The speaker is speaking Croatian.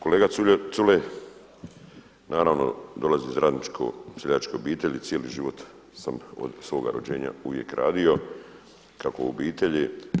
Kolega Culej, naravno dolazim iz radničko seljačke obitelji, cijeli život sam od svoga rođenja uvijek radio kako u obitelji.